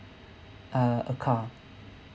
uh a car